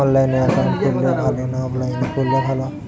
অনলাইনে একাউন্ট খুললে ভালো না অফলাইনে খুললে ভালো?